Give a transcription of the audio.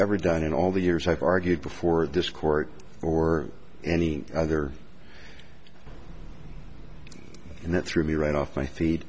ever done in all the years i've argued before this court or any other and that threw me right off my feet